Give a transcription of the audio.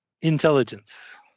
Intelligence